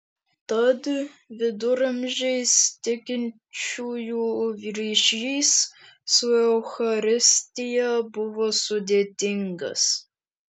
tad viduramžiais tikinčiųjų ryšys su eucharistija buvo sudėtingas